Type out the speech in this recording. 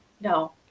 No